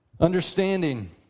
Understanding